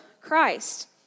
Christ